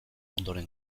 ondoren